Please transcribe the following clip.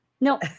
no